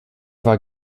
war